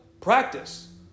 practice